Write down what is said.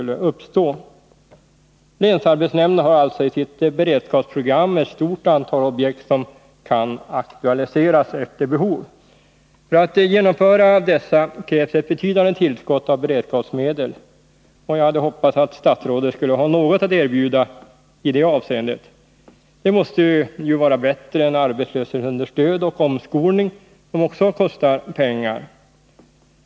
Länsarbetsnämnden har alltså i sitt beredskapsprogram ett stort antal projekt, som kan aktualiseras efter behov. För att genomföra dessa krävs ett betydande tillskott av beredskapsmedel. Jag hade hoppats att statsrådet skulle ha något att erbjuda i det avseendet. Det måste vara bättre än arbetslöshetsunderstöd och omskolning, som också kostar pengar.